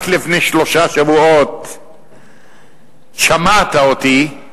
רק לפני שלושה שבועות שמעת אותי,